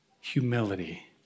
humility